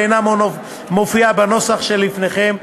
ואינה מופיעה בנוסח שלפניכם,